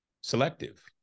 selective